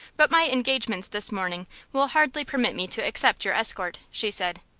but my engagements this morning will hardly permit me to accept your escort, she said.